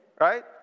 right